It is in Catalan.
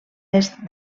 est